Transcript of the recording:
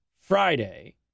Friday